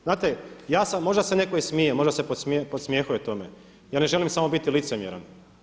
Znate, ja sam, možda se netko i smije, možda se podsmjehuje tome, ja ne želim samo biti licemjeran.